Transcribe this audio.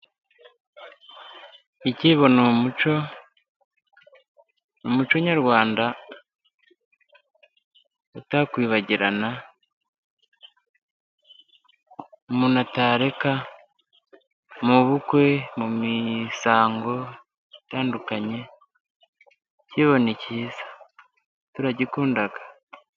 Ikibo ni umuco, umuco nyarwanda utakwibagirana umuntu atareka, mu bukwe, mu misango itandukanye, icyibo ni cyiza turagikunda.